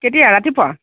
কেতিয়া ৰাতিপুৱা